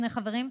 שני חברים,